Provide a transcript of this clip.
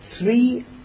three